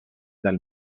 dal